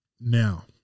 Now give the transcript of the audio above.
Now